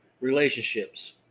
relationships